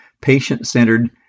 patient-centered